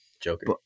Joker